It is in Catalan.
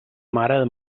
mare